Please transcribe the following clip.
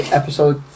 episode